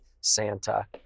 Santa